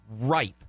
ripe